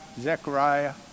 Zechariah